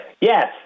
Yes